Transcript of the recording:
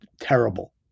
terrible